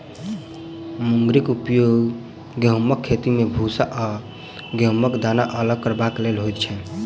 मुंगरीक उपयोग गहुमक खेती मे भूसा सॅ गहुमक दाना अलग करबाक लेल होइत छै